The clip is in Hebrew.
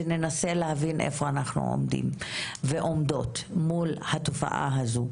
וננסה להבין איפה אנחנו עומדות ועומדים מול התופעה הזאת,